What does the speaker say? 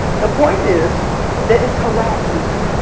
the point is that it's harassment,